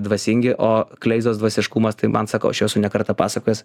dvasingi o kleizos dvasiškumas tai man sakau aš esu ne kartą pasakojęs